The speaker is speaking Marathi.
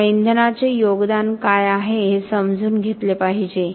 त्यामुळे इंधनाचे योगदान काय आहे हे समजून घेतले पाहिजे